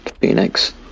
Phoenix